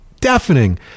deafening